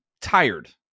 tired